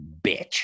bitch